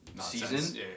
season